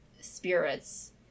spirits